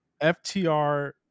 FTR